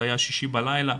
זה היה שישי בלילה.